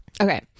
Okay